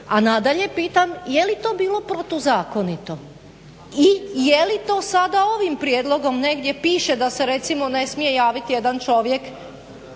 A nadalje pitam, jeli to bilo protuzakonito i jeli to sada ovim prijedlogom negdje piše da se ne smije recimo javiti jedan čovjek